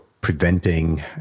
preventing